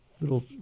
little